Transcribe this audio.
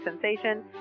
sensation